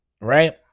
right